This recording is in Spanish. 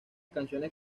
canciones